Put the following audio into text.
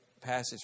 passage